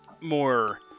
more